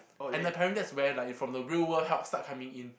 and apparently that's where like from the real world help start coming in